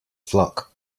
flock